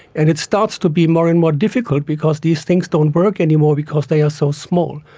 and it starts to be more and more difficult because these things don't work anymore because they are so small.